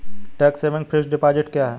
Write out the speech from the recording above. Tax saving fixed deposit क्या है?